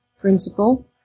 principle